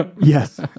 Yes